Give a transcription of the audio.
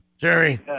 Jerry